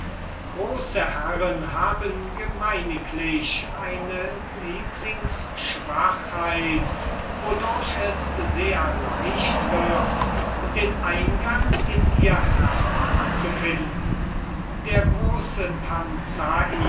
großen herren haben gemeiniglich eine lieblings schwachheit wodurch es sehr leicht wird den eingang in ihr herz zu finden der große